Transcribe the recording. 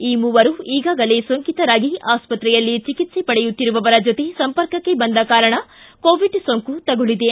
ಈ ಮೂವರೂ ಈಗಾಗಲೇ ಸೋಂಕಿತರಾಗಿ ಆಸ್ಪತ್ರೆಯಲ್ಲಿ ಚಿಕಿತ್ಸೆ ಪಡೆಯುತ್ತಿರುವವರ ಜತೆ ಸಂಪರ್ಕಕ್ಕೆ ಬಂದ ಕಾರಣ ಕೋವಿಡ್ ಸೋಂಕು ತಗುಲಿದೆ